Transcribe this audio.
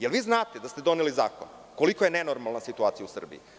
Da li znate da ste doneli zakon, koliko je nenormalna situacija u Srbiji?